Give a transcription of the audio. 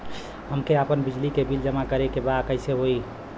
हमके आपन बिजली के बिल जमा करे के बा कैसे होई?